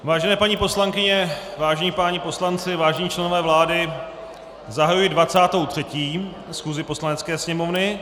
Vážené paní poslankyně, vážení páni poslanci, vážení členové vlády, zahajuji 23. schůzi Poslanecké sněmovny.